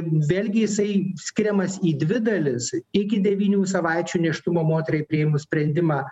vėlgi jisai skiriamas į dvi dalis iki devynių savaičių nėštumo moteriai priėmus sprendimą